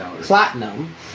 platinum